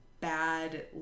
bad